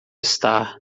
estar